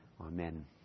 Amen